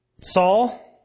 Saul